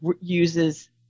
uses